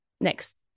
next